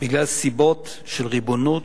בגלל סיבות של ריבונות,